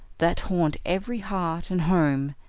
that haunt every heart and home,